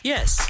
Yes